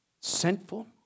sinful